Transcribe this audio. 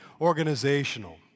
organizational